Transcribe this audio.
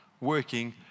working